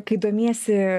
kai domiesi